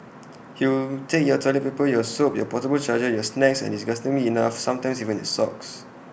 he will take your toilet paper your soap your portable charger your snacks and disgustingly enough sometimes even your socks